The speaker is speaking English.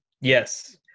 Yes